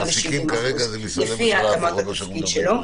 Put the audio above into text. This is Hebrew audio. גם ב-70% משרה לפי התאמת התפקיד שלו.